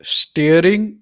steering